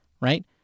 right